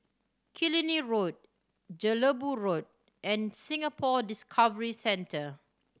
Killiney Road Jelebu Road and Singapore Discovery Centre